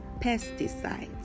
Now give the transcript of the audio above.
pesticides